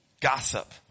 gossip